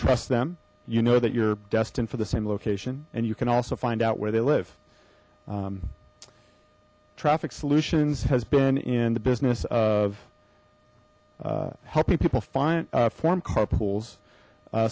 trust them you know that you're destined for the same location and you can also find out where they live traffic solutions has been in the business of helping people find form carpools